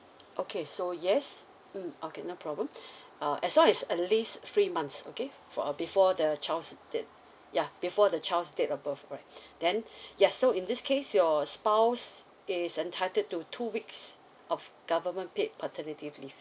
okay so yes mm okay no problem uh as long as at least three months okay for a before the child's date yeah before the child's date of birth then yes so in this case your spouse is entitled to two weeks of government paid paternity leave